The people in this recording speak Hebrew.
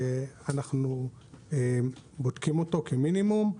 שאנחנו בודקים אותו כמינימום,